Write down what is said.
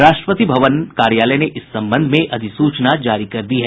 राष्ट्रपति भवन कार्यालय ने इस संबंध में अधिसूचना जारी कर दी है